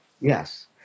Yes